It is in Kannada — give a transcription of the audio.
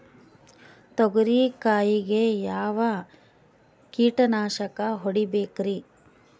ತೊಗರಿ ಕಾಯಿಗೆ ಯಾವ ಕೀಟನಾಶಕ ಹೊಡಿಬೇಕರಿ?